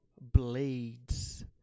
Blades